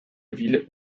ville